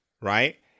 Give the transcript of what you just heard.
right